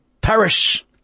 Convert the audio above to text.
perish